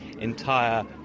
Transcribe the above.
entire